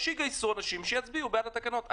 שיגייסו אנשים שיצביעו בעד התקנות.